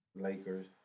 Lakers